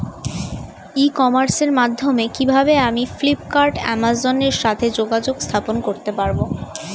ই কমার্সের মাধ্যমে কিভাবে আমি ফ্লিপকার্ট অ্যামাজন এর সাথে যোগাযোগ স্থাপন করতে পারব?